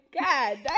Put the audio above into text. God